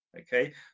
Okay